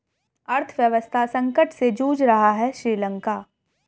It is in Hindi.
अर्थव्यवस्था संकट से जूझ रहा हैं श्रीलंका